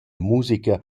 musica